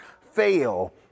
fail